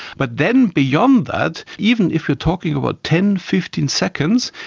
but then beyond that, even if you're talking about ten, fifteen seconds,